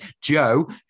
joe